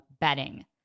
bedding